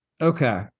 Okay